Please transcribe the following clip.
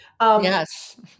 Yes